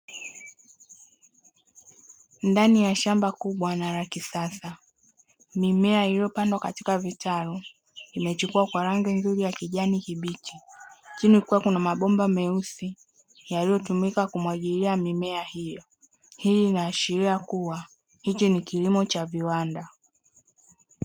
Ndani ya shamba kubwa na la kisasa, mimea iliyopandwa katika vitalu imechipua kwa rangi nzuri ya kijani kibichi. Chini kukiwa kuna mabomba meusi yaliyotumika kumwagilia mimea hiyo. Hii inaashiria kuwa hiki ni kilimo cha viwanda.